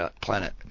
planet